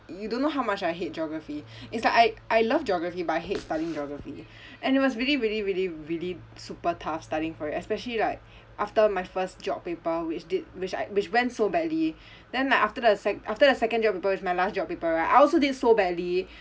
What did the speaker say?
you don't know how much I hate geography it's like I I love geography but I hate studying geography and it was really really really really super tough studying for it especially like after my first geog paper which did which I which went so badly then like after the sec after the second geog paper which is my last geog paper right I also did so badly